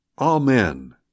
Amen